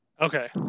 Okay